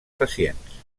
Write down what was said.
pacients